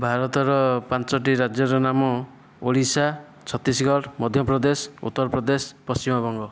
ଭାରତର ପାଞ୍ଚୋଟି ରାଜ୍ୟର ନାମ ଓଡ଼ିଶା ଛତିଶଗଡ଼ ମଧ୍ୟପ୍ରଦେଶ ଉତ୍ତରପ୍ରଦେଶ ପଶ୍ଚିମବଙ୍ଗ